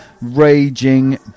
Raging